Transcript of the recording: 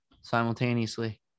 simultaneously